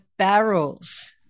Barrels